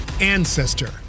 ancestor